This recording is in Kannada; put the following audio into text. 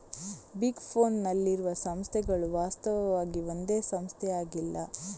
ಬಿಗ್ ಫೋರ್ನ್ ನಲ್ಲಿರುವ ಸಂಸ್ಥೆಗಳು ವಾಸ್ತವವಾಗಿ ಒಂದೇ ಸಂಸ್ಥೆಯಾಗಿಲ್ಲ